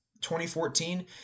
2014